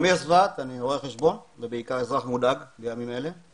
רואה חשבון ובעיקר אזרח מודאג בימים אלה.